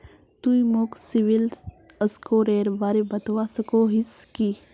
तुई मोक सिबिल स्कोरेर बारे बतवा सकोहिस कि?